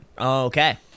Okay